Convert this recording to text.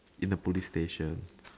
in the police station